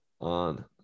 on